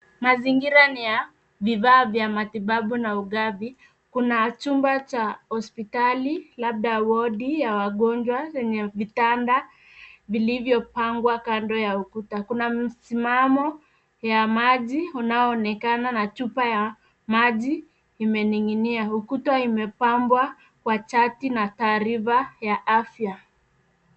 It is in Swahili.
Mazingira ni ya vifaa vya matibabu na ugavi kuna chumba cha hospitali labda wodi ya wagonjwa yenye vitanda vilivyopangwa kando ya ukuta. Kuna msimamo ya maji unaoonekana na chupa ya maji imening'inia. Ukuta imepambwa kwa chati na taarifa ya afya.